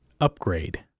Upgrade